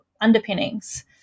underpinnings